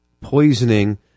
poisoning